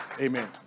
Amen